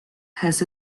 has